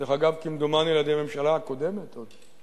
דרך אגב, כמדומני על-ידי הממשלה הקודמת עוד.